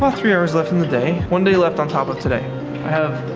ah three hours left in the day one day left on top of today i have.